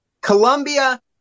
Colombia